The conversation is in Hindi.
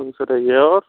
खुश रहिए और